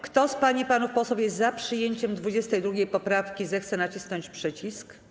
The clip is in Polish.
Kto z pań i panów posłów jest za przyjęciem 22. poprawki, zechce nacisnąć przycisk.